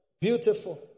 Beautiful